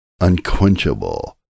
Unquenchable